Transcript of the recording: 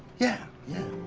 yeah, yeah.